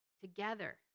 Together